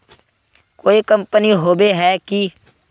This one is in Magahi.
कोई कंपनी होबे है की?